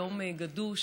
יום גדוש,